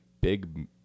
big